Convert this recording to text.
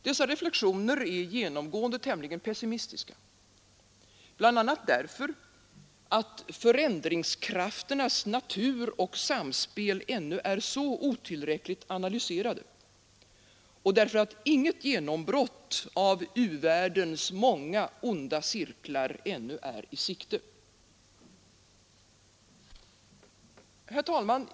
Dessa reflexioner är genomgående tämligen pessimistiska, bl.a. därför att förändringskrafternas natur och samspel ännu är så otillräckligt analyserade och därför att inget genombrott av u-världens onda cirklar ännu är i sikte. Herr talman!